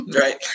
Right